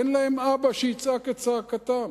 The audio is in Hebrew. אין להם אבא שיצעק את צעקתם.